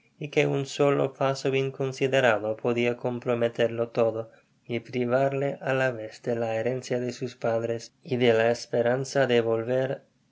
y que un solo paso inconsiderado podia comprometerlo todo y privarle á la vez de la herencia de sus padres y de la esperanza de volver